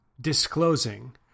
disclosing